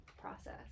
process